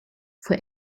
for